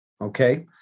Okay